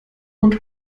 und